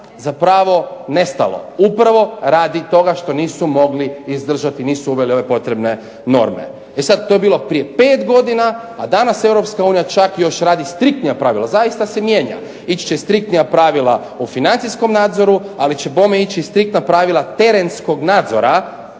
zapravo nestalo. Upravo radi toga što nisu mogli izdržati, nisu uveli ove potrebne norme. E sad, to je bilo prije 5 godina, a danas EU čak još radi striktnija pravila, zaista se mijenja. Ići će striktnija pravila o financijskom nadzoru, ali će bome ići i striktna pravila terenskog nadzora